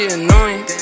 annoying